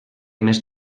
més